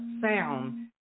sound